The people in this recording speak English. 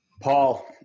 Paul